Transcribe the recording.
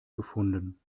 gefunden